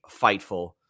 Fightful